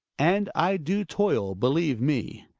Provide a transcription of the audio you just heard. and i do toil, believe me.